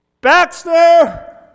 Baxter